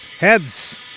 Heads